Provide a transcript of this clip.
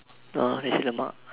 or Nasi-Lemak